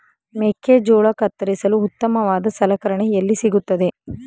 ಮೆಕ್ಕೆಜೋಳ ಕತ್ತರಿಸಲು ಉತ್ತಮವಾದ ಸಲಕರಣೆ ಎಲ್ಲಿ ಸಿಗುತ್ತದೆ?